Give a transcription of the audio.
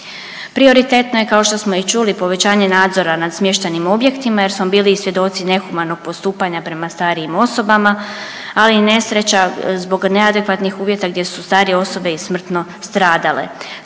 Prioritetno je kao što smo i čuli povećanje nadzora nad smještajnim objektima jer smo bili i svjedoci nehumanog postupanja prema starijim osobama, ali i nesreća zbog neadekvatnih uvjeta gdje su starije osobe i smrtno stradale.